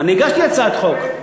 יש לי הצעת חוק בעניין,